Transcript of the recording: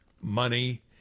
money